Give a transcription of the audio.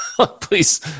Please